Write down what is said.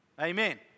amen